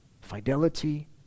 fidelity